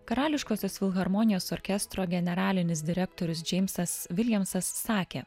karališkosios filharmonijos orkestro generalinis direktorius džeimsas viljamsas sakė